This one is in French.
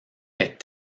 est